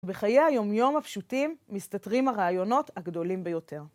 בחיי היומיום הפשוטים מסתתרים הרעיונות הגדולים ביותר.